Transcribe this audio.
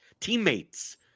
teammates